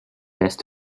best